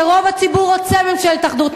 שרוב הציבור רוצה ממשלת אחדות,